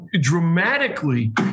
dramatically